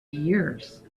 years